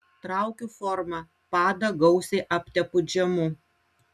traukiu formą padą gausiai aptepu džemu